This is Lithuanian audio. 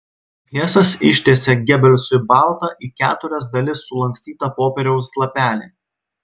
hesas ištiesė gebelsui baltą į keturias dalis sulankstytą popieriaus lapelį